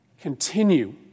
continue